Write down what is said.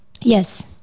Yes